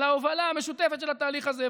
על ההובלה המשותפת של התהליך הזה.